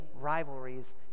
rivalries